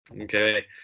Okay